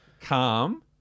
Calm